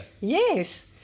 Yes